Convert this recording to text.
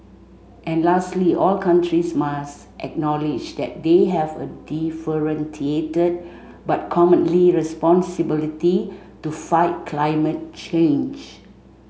and lastly all countries must acknowledge that they have a differentiated but common responsibility to fight climate change